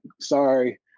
sorry